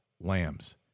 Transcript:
lambs